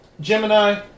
Gemini